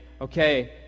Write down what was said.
okay